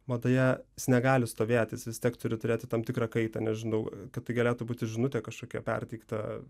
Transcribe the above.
madoje jis negali stovėti jis vis tiek turi turėti tam tikrą kaitą nežinau kad tai galėtų būti žinutė kažkokia perteikta